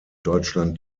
deutschland